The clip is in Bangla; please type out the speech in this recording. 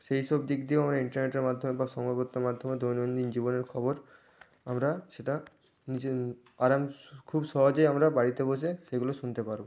সেই সব দিক দিয়েও আমরা ইন্টেরনেটের মাধ্যমে বা সংবাদপত্রের মাধ্যমে দৈনন্দিন জীবনের খবর আমরা সেটা নিজে আরাম সু খুব সহজেই আমরা বাড়িতে বসে সেগুলো শুনতে পারবো